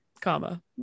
comma